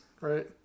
right